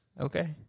Okay